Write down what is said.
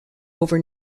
over